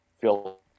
feel